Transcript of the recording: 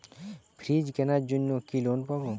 Fridge কেনার জন্য কি লোন পাব?